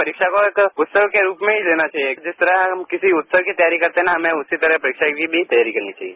परीक्षा को एक उत्सव के रूप में ही लेना चाहिए जिस तरह हम किसी उत्सव की तैयारी करते हैं हमें उसी तरह ही परीक्षा की तैयारी करनी चाहिए